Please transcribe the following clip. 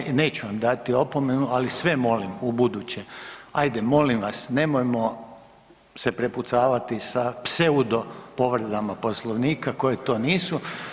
Ovaj, neću vam dati opomenu, ali sve molim ubuduće, ajde molim vas, nemojmo se prepucavati sa pseudopovredama Poslovnika koje to nisu.